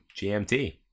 GMT